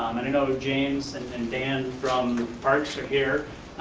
um and and if james and and dan from parks are here.